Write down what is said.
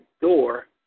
door